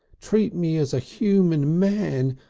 treat me as a human man.